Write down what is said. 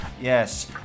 Yes